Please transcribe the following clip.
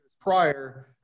prior